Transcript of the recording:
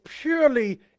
purely